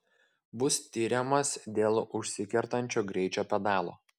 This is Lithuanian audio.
bus tiriamas dėl užsikertančio greičio pedalo